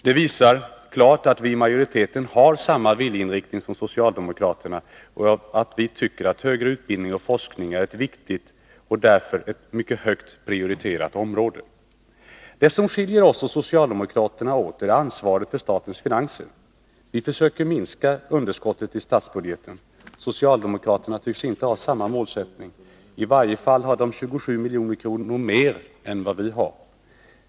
Detta visar klart att vi i majoriteten har samma viljeinriktning som socialdemokraterna och att vi tycker att högre utbildning och forskning är ett viktigt och därför ett mycket högt prioriterat område. Det som skiljer oss och socialdemokraterna åt är ansvaret för statens finanser. Vi försöker minska underskottet i statsbudgeten. Socialdemokraterna tycks inte ha samma målsättning. I varje fall föreslår de 27 milj.kr. mer än vad vi gör.